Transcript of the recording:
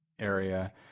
area